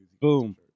Boom